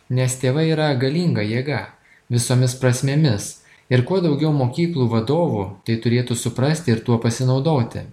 nes tėvai yra galinga jėga visomis prasmėmis ir kuo daugiau mokyklų vadovų tai turėtų suprasti ir tuo pasinaudoti